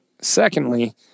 Secondly